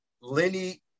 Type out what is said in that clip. Lenny